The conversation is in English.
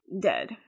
dead